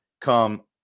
come